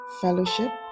fellowship